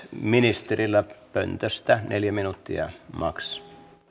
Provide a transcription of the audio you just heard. ministerillä pöntöstä neljä minuuttia maks